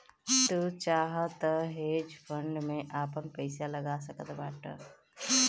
तू चाहअ तअ हेज फंड में आपन पईसा लगा सकत बाटअ